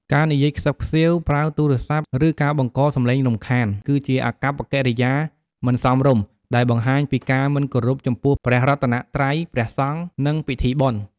ការនិយាយខ្សឹបខ្សៀវ ប្រើទូរសព្ទ ឬការបង្កសំឡេងរំខាន គឺជាអាកប្បកិរិយាមិនសមរម្យ ដែលបង្ហាញពីការមិនគោរពចំពោះព្រះរតនត្រ័យ ព្រះសង្ឃ និងពិធីបុណ្យ។